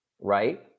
right